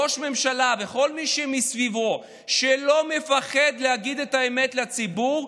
ראש ממשלה וכל מי שמסביבו שלא מפחד להגיד את האמת לציבור,